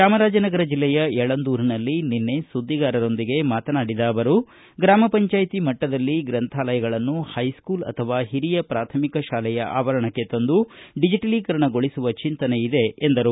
ಚಾಮರಾಜನಗರ ಜಲ್ಲೆಯ ಯಳಂದೂರಿನಲ್ಲಿ ನಿನ್ನೆ ಸುದ್ದಿಗಾರರೊಂದಿಗೆ ಮಾತನಾಡಿದ ಅವರು ಗ್ರಾಮ ಪಂಚಾಯ್ತಿ ಮಟ್ಟದಲ್ಲಿ ಗ್ರಂಥಾಲಯಗಳನ್ನು ಹೈಸೂಲ್ ಅಥವಾ ಹಿರಿಯ ಪ್ರಾಥಮಿಕ ಪಾಠಶಾಲೆಯ ಆವರಣಕ್ಕೆ ತಂದು ಡಿಜೆಟಲೀಕರಣಗೊಳಿಸುವ ಚಿಂತನೆ ಇದೆ ಎಂದರು